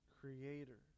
Creator